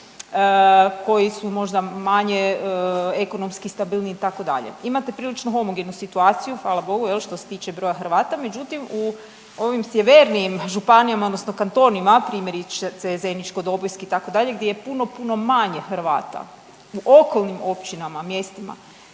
koji su možda manje ekonomski stabilniji itd. Imate prilično homogenu situaciju, hvala bogu jel' što se tiče broja Hrvata. Međutim, u ovim sjevernijim županijama odnosno kantonima, primjerice Zeničko-dobojski itd. gdje je puno, puno manje Hrvata. U okolnim općinama, mjestima